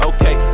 Okay